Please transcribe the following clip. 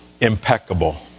impeccable